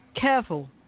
careful